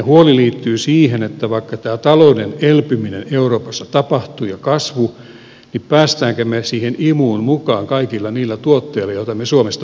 huoli liittyy siihen että vaikka tämä talouden elpyminen ja kasvu euroopassa tapahtuu pääsemmekö me siihen imuun mukaan kaikilla niillä tuotteilla joita me suomesta olemme tarjoamassa